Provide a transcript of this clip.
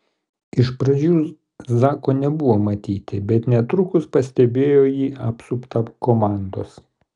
iš pradžių zako nebuvo matyti bet netrukus pastebėjo jį apsuptą komandos